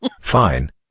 Fine